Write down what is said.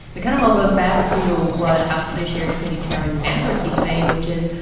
it kind of all goes back to what house judiciary committee chairman nadler keeps saying, which is,